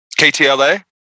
KTLA